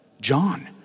John